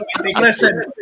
Listen